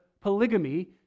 polygamy